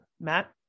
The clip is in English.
Matt